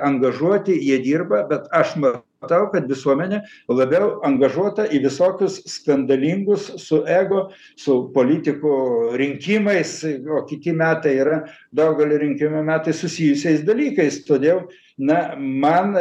angažuoti jie dirba bet aš mariu tau kad visuomenė labiau angažuota į visokius skandalingus su ego su politikų rinkimais nu o kiti metai yra daugelio rinkimų metai susijusiais dalykais todėl na man